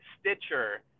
Stitcher